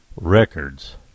Records